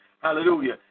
hallelujah